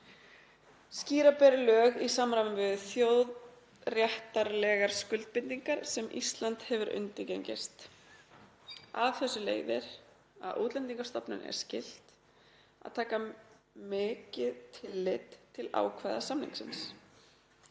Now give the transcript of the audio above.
skýra beri lög í samræmi við þjóðréttarlegar skuldbindingar sem Ísland hefur undirgengist. Af þessu leiðir að Útlendingastofnun er skylt að taka mikið tillit til ákvæða samningsins.